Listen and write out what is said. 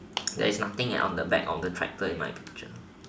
there is nothing on the back of the tractor in my picture